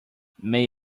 may